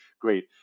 great